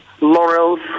Laurels